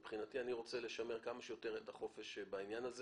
מבחינתי אני רוצה לשמר כמה שיותר את החופש בעניין הזה